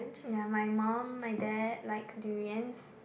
ya my mum my dad like durians